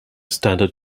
standard